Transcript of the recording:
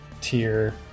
tier